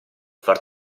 far